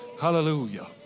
Hallelujah